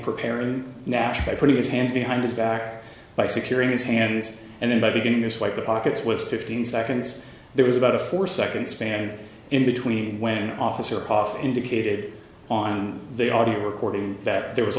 prepare in nashville put his hands behind his back by securing his hands and then by beginning this way the pockets was fifteen seconds there was about a four second span in between when officer cough indicated on the audio recording that there was a